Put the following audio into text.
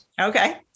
Okay